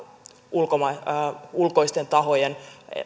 ulkoisten tahojen